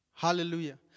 Hallelujah